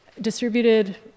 distributed